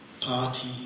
Party